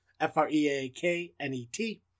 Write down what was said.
F-R-E-A-K-N-E-T